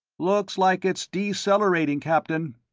looks like it's decelerating, captain.